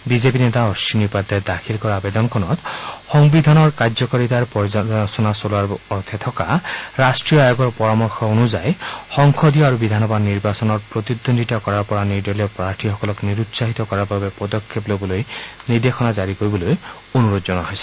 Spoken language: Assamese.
বিজেপি নেতা অশ্বিনী উপাধ্যায়ে দাখিল কৰা আৱেদনখনত সংবিধানৰ কাৰ্যকাৰিতাৰ পৰ্যালোচনা চলোৱাৰ অৰ্থে থকা ৰাষ্ট্ৰীয় আয়োগৰ পৰামৰ্শ অনুযায়ী সংসদীয় আৰু বিধানসভা নিৰ্বাচনত প্ৰতিদ্বন্দ্বিতা কৰাৰ পৰা নিৰ্দলীয় প্ৰাৰ্থীসকলক নিৰুৎসাহিত কৰাৰ বাবে পদক্ষেপ ল'বলৈ নিৰ্দেশনা জাৰি কৰিবলৈ অনুৰোধ জনোৱা হৈছে